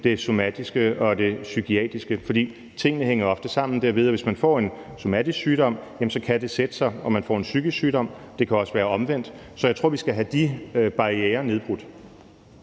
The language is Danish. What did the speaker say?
det somatiske og det psykiatriske, for tingene hænger ofte sammen derved, at hvis man får en somatisk sygdom, kan det sætte sig, så man får en psykisk sygdom, og det kan også være omvendt. Så jeg tror, at vi skal have de barrierer nedbrudt.